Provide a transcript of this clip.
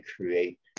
create